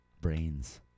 Brains